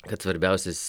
kad svarbiausias